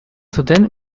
zuten